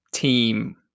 team